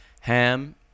Ham